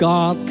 God